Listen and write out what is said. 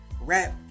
rap